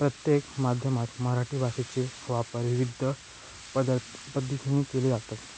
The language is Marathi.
प्रत्येक माध्यमात मराठी भाषेचे वापर विविध पदर् पद्धतीने केले जातात